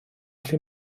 gallu